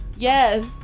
Yes